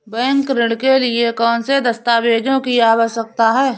Bank ऋण के लिए कौन से दस्तावेजों की आवश्यकता है?